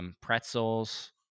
Pretzels